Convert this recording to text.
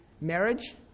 marriage